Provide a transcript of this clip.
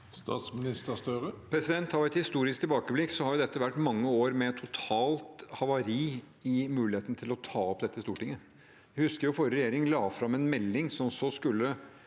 Statsminister Jonas Gahr Støre Tar vi et historisk tilbakeblikk, har det vært mange år med totalt havari i muligheten til å ta opp dette i Stortinget. Vi husker at forrige regjering la fram en melding som så skulle